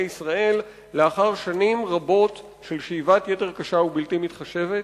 ישראל לאחר שנים רבות של שאיבת יתר קשה ובלתי מתחשבת?